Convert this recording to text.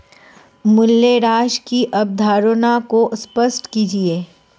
मूल्यह्रास की अवधारणा को स्पष्ट कीजिए